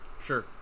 Sure